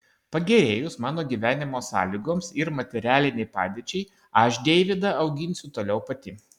pagerėjus mano gyvenimo sąlygoms ir materialinei padėčiai aš deivydą auginsiu toliau pati